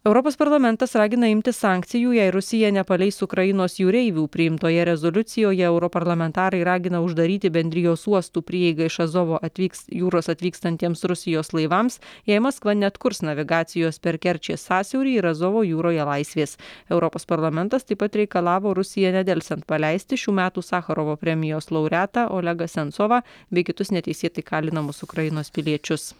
europos parlamentas ragina imtis sankcijų jei rusija nepaleis ukrainos jūreivių priimtoje rezoliucijoje europarlamentarai ragina uždaryti bendrijos uostų prieigą iš azovo atvyks jūros atvykstantiems rusijos laivams jei maskva neatkurs navigacijos per kerčės sąsiaurį ir azovo jūroje laisvės europos parlamentas taip pat reikalavo rusiją nedelsiant paleisti šių metų sacharovo premijos laureatą olegą sensovą bei kitus neteisėtai kalinamus ukrainos piliečius